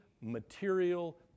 material